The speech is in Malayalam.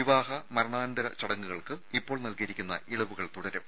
വിവാഹ മരണാനന്തര ചടങ്ങുകൾക്ക് ഇപ്പോൾ നൽകിയിരിക്കുന്ന ഇളവുകൾ തുടരും